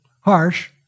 harsh